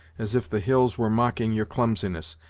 as if the hills were mocking your clumsiness,